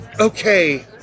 Okay